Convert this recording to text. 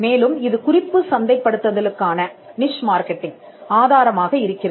மேலும் இது குறிப்பு சந்தைப்படுத்துதலுக்கான ஆதாரமாக இருக்கிறது